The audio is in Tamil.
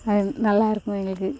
அது நல்லாயிருக்கும் எங்களுக்கு